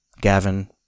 Gavin